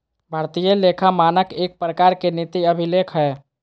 भारतीय लेखा मानक एक प्रकार के नीति अभिलेख हय